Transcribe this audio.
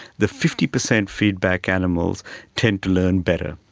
the fifty percent feedback animals tend to learn better.